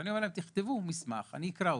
אני מבקש מהם לכתוב מסמך ואני אקרא אותו,